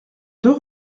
deux